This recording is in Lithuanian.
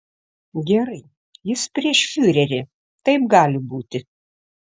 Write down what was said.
gerai jis prieš fiurerį taip gali būti